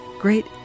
Great